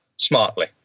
smartly